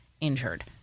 injured